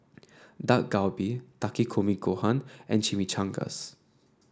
Dak Galbi Takikomi Gohan and Chimichangas